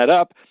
up